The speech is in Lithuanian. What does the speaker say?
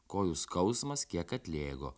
kojų skausmas kiek atlėgo